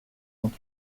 vingt